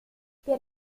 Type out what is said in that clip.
per